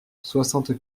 soixante